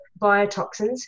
biotoxins